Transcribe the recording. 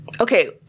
Okay